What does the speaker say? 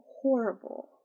horrible